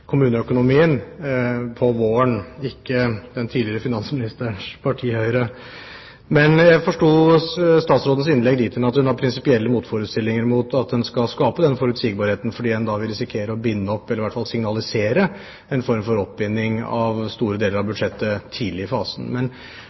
kommuneøkonomien, om våren – ikke den tidligere finansministerens parti, Høyre. Men jeg forsto statsrådens innlegg dit hen at hun har prinsipielle motforestillinger mot at en skal skape den forutsigbarheten, fordi en da vil risikere å binde opp, eller i hvert fall signalisere en form for oppbinding av, store deler av budsjettet tidlig i fasen.